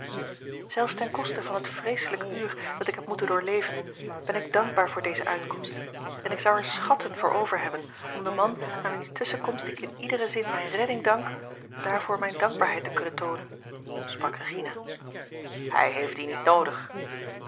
zelfs ten koste van het vreeslijk uur dat ik heb moeten doorleven ben ik dankbaar voor deze uitkomst en ik zou er schatten voor over hebben om den man aan wiens tusschenkomst ik in iederen zin mijne redding dank daarvoor mijne dankbaarheid te kunnen toonen sprak regina hij heeft die niet noodig